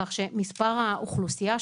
כך שמספר האוכלוסייה,